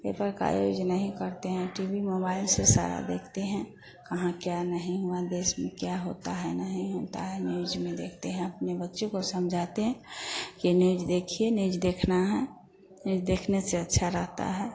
paper का use नहीं करते हैं टी बी मोबाइल से सारा देखते हैं कहाँ क्या नहीं हुआ देश में क्या होता है नहीं होता है न्यूज में देखते हैं अपने बच्चे को समझाते हैं कि न्यूज देखिए न्यूज देखना है न्यूज देखने से अच्छा रहता है